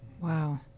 Wow